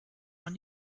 man